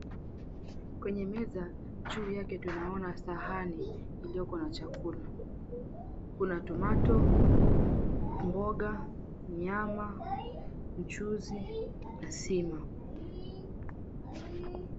Kwenye meza juu yake tunaona sahani iliyoko na chakula kuna tomato, mboga, nyama, mchuzi na sima.